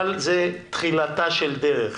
אבל זו תחילתה של דרך.